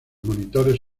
monitores